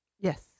yes